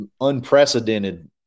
unprecedented